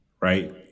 right